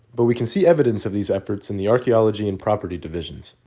but we can see evidence of these efforts in the archaeology and property divisions.